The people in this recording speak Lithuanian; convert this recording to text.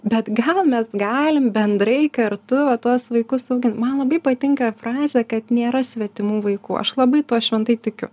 bet gal mes galim bendrai kartu va tuos vaikus augint man labai patinka frazė kad nėra svetimų vaikų aš labai tuo šventai tikiu